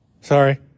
Sorry